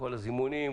כל הזימון,